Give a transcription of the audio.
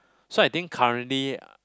so I think currently